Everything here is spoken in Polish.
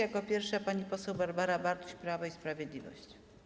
Jako pierwsza pani poseł Barbara Bartuś, Prawo i Sprawiedliwość.